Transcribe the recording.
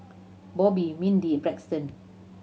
Bobbi Mindi Braxton